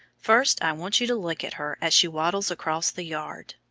first i want you to look at her as she waddles across the yard.